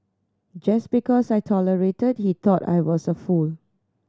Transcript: just because I tolerated he thought I was a fool